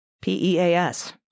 P-E-A-S